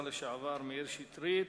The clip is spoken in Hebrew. השר לשעבר, מאיר שטרית.